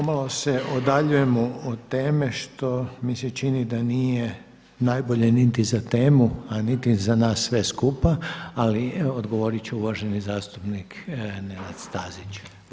Pomalo se odaljujemo od teme što mi se čini da nije najbolje niti za temu, a niti za nas sve skupa, ali odgovorit će uvaženi zastupnik Nenad Stazić.